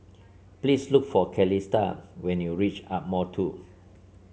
please look for Calista when you reach Ardmore Two